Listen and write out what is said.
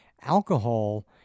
alcohol